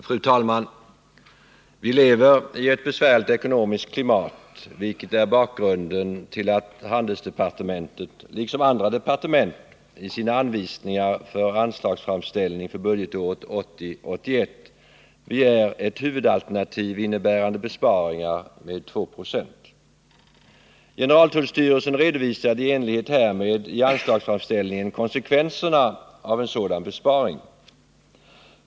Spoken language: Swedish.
Fru talman! Vi lever i ett ekonomiskt besvärligt klimat, och det är bakgrunden till att handelsdepartementet, liksom andra departement, i sina anvisningar för anslagsframställning för budgetåret 1980/81 begär ett huvudalternativ innebärande besparingar med 2 90. Generaltullstyrelsen redovisade i enlighet härmedi sin anslagsframställning konsekvenserna av en sädan besparing.